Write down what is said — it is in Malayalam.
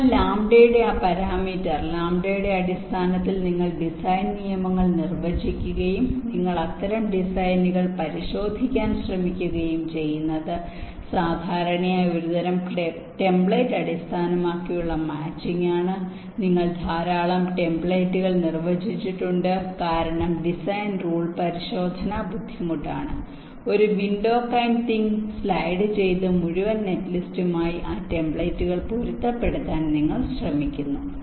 അതിനാൽ ലാംഡയുടെ ആ പാരാമീറ്റർ ലാംഡയുടെ അടിസ്ഥാനത്തിൽ നിങ്ങൾ ഡിസൈൻ നിയമങ്ങൾ നിർവ്വചിക്കുകയും നിങ്ങൾ അത്തരം ഡിസൈനുകൾ പരിശോധിക്കാൻ ശ്രമിക്കുകയും ചെയ്യുന്നത് സാധാരണയായി ഒരുതരം ടെംപ്ലേറ്റ് അടിസ്ഥാനമാക്കിയുള്ള മാച്ചിങ് ആണ് നിങ്ങൾ ധാരാളം ടെംപ്ലേറ്റുകൾ നിർവ്വചിച്ചിട്ടുണ്ട് കാരണം ഡിസൈൻ റൂൾ പരിശോധന ബുദ്ധിമുട്ടാണ് ഒരു വിൻഡോ കൈൻഡ് തിങ് സ്ലൈഡുചെയ്ത് മുഴുവൻ നെറ്റ്ലിസ്റ്റുമായി ആ ടെംപ്ലേറ്റുകൾ പൊരുത്തപ്പെടുത്താൻ നിങ്ങൾ ശ്രമിക്കുന്നു